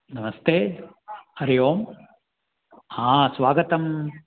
नमस्ते हरिः ओं हा स्वागतम्